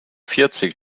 vierzig